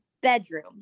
bedroom